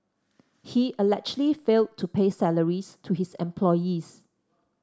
he allegedly failed to pay salaries to his employees